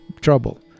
trouble